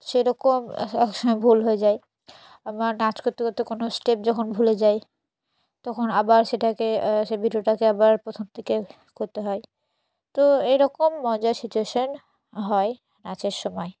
সেরকম এক এক সময় ভুল হয়ে যায় আবার নাচ করতে করতে কোনো স্টেপ যখন ভুলে যাই তখন আবার সেটাকে সে ভিডিওটাকে আবার প্রথম থেকে করতে হয় তো এরকম মজার সিচুয়েশন হয় নাচের সময়